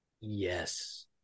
Yes